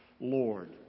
Lord